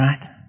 right